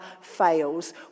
fails